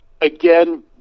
again